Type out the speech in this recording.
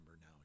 now